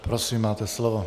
Prosím, máte slovo.